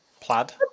plaid